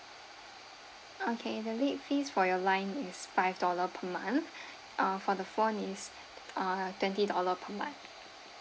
okay the late fees for your line is five dollar per month uh for the phone is uh twenty dollar per month